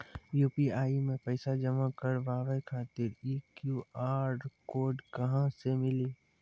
UPI मे पैसा जमा कारवावे खातिर ई क्यू.आर कोड कहां से मिली?